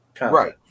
right